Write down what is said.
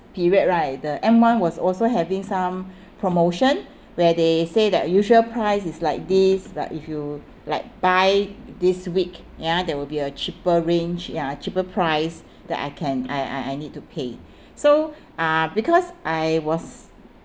period right the M one was also having some promotion where they say that usual price is like this like if you like buy this week ya there will be a cheaper range ya cheaper price that I can I I I need to pay so uh because I was